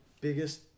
biggest